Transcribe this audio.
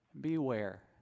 Beware